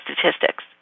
statistics